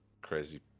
crazy